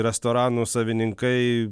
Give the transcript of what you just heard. restoranų savininkai